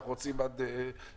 אנחנו רוצים עד עולם,